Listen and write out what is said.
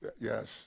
Yes